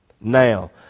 Now